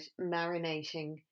marinating